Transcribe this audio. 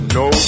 no